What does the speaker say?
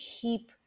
keep